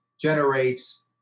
generates